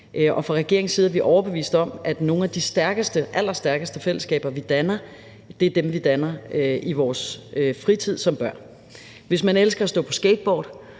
og fra regeringens side er vi overbevist om, at nogle af de allerstærkeste fællesskaber, vi danner, er dem, vi danner i vores fritid som børn. Hvis man elsker at stå på skateboard,